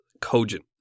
cogent